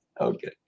Okay